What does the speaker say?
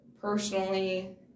personally